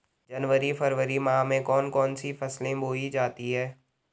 जनवरी फरवरी माह में कौन कौन सी फसलें बोई जाती हैं?